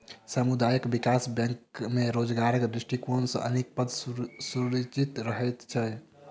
सामुदायिक विकास बैंक मे रोजगारक दृष्टिकोण सॅ अनेक पद सृजित रहैत छै